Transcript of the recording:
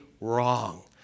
wrong